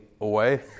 away